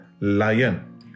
lion